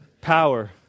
power